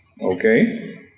Okay